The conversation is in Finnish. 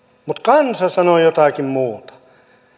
mutta kansa sanoi jotakin muuta